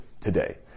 today